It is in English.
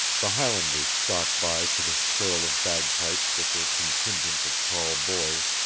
the highlanders stalk by to the skirl of bagpipes with their contingent of tall boys,